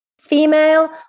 female